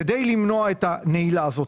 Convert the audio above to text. כדי למנוע את הנעילה הזאת,